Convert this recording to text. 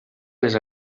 les